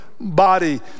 body